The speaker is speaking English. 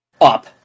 up